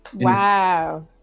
Wow